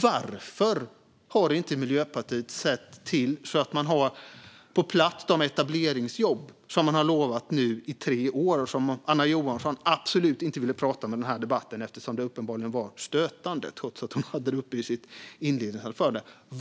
Varför har inte Miljöpartiet sett till att man har de etableringsjobb på plats som man har lovat i tre år och som Anna Johansson absolut inte ville prata om i den här debatten eftersom det uppenbarligen var stötande, trots att hon hade med det i sitt inledningsanförande?